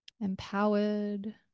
Empowered